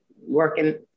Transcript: working